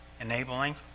enabling